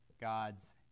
God's